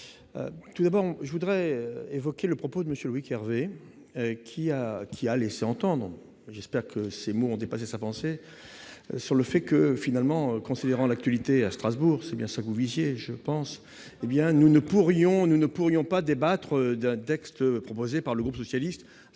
tout d'abord je voudrais évoquer le propos de monsieur Louis qu'Hervé qui a, qui a laissé entendre, j'espère que ces mots ont dépassé sa pensée sur le fait que, finalement, considérant l'actualité à Strasbourg, c'est bien ça que vous viviez je pense, hé bien, nous ne pourrions nous ne pourrions pas débattre d'un texte proposé par le groupe socialiste, bon